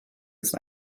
ist